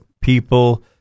people